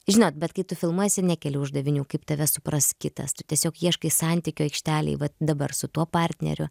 žinot bet kai tu filmuojiesi nekeli uždavinių kaip tave supras kitas tu tiesiog ieškai santykio aikštelėj vat dabar su tuo partneriu